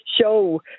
show